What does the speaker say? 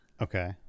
Okay